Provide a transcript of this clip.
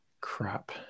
Crap